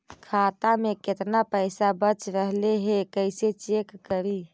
खाता में केतना पैसा बच रहले हे कैसे चेक करी?